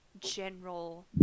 general